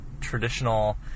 traditional